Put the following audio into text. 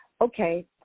Okay